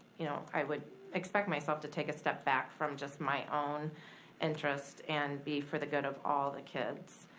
you know i would expect myself to take a step back from just my own interest and be for the good of all the kids.